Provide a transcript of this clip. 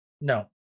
No